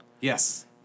Yes